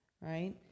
right